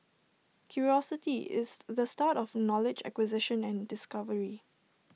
curiosity is the start of knowledge acquisition and discovery